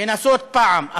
לנסות פעם,